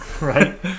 Right